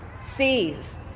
sees